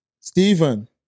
Stephen